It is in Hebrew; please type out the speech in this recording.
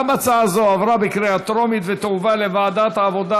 גם הצעה זאת עברה בקריאה טרומית ותועבר לוועדת העבודה,